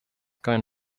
going